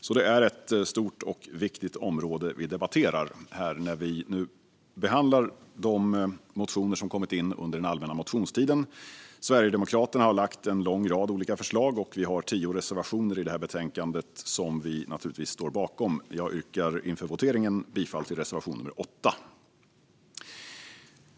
Det är alltså ett stort och viktigt område vi debatterar, och betänkandet behandlar de motioner som kommit in under allmänna motionstiden. Sverigedemokraterna har lagt fram en lång rad olika förslag, och vi har tio reservationer i betänkandet. Jag står givetvis bakom dem men yrkar bifall endast till reservation nummer 8.